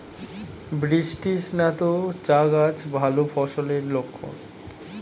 বৃষ্টিস্নাত চা গাছ ভালো ফলনের লক্ষন